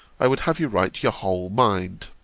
i would have you write your whole mind.